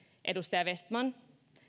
edustaja vestman